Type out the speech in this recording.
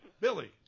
Billy